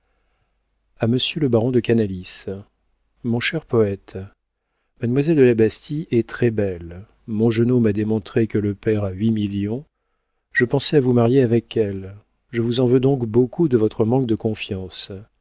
a monsieur le baron de canalis mon cher poëte mademoiselle de la bastie est très belle mongenod m'a démontré que le père a huit millions je pensais vous marier avec elle je vous en veux donc beaucoup de votre manque de confiance